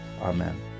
Amen